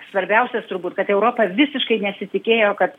svarbiausias turbūt kad europa visiškai nesitikėjo kad